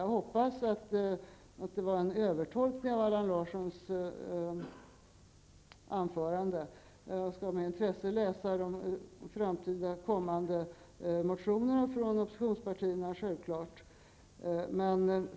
Jag hoppas att det var en övertolkning av Allan Jag kommer självfallet att med stort intresse läsa de kommande motionerna från oppositionspartierna.